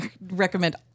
recommend